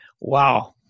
Wow